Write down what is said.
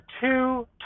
two